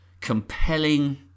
compelling